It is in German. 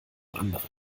anderen